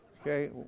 okay